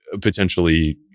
potentially